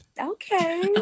Okay